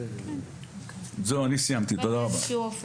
תודה רבה.